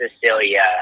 Cecilia